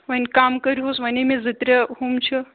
وۅنۍ کَم کٔرۍہوٗس وۅنۍ ہَے مےٚ زٕ ترٛےٚ ہُم چھِ